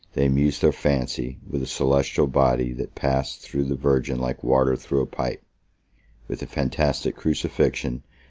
they amused their fancy with a celestial body that passed through the virgin like water through a pipe with a fantastic crucifixion,